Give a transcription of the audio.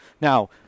Now